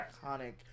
iconic